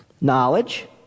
Knowledge